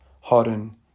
harden